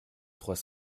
trois